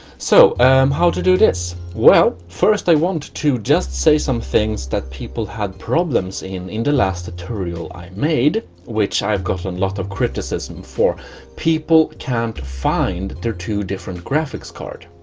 so um how to do this? well first i want to just say some things that people had problems in in the last tutorial i made which i've gotten a and lot of criticism for people can't find their two different graphics card